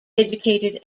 educated